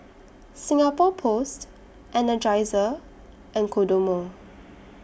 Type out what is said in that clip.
Singapore Post Energizer and Kodomo